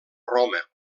roma